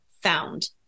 found